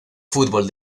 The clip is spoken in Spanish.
fútbol